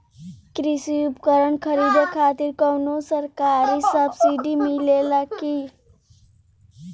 कृषी उपकरण खरीदे खातिर कउनो सरकारी सब्सीडी मिलेला की?